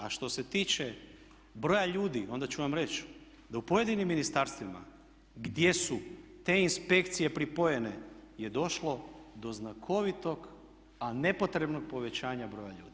A što se tiče broja ljudi onda ću vam reći da u pojedinim ministarstvima gdje su te inspekcije pripojene je došlo do znakovitog, a nepotrebnog povećanja broja ljudi.